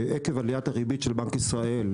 בעיקר באירופה.